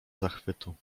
zachwytu